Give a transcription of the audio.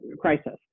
crisis